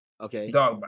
Okay